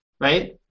right